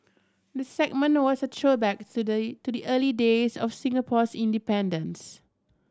the segment was a throwback to the early days of Singapore's independence